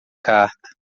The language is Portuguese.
carta